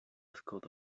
caused